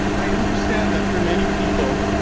i understand that for many people,